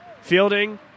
Fielding